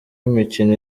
imikino